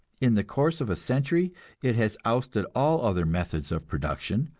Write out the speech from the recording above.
in the course of a century it has ousted all other methods of production,